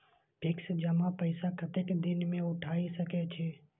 Fix जमा पैसा कतेक दिन में उठाई सके छी?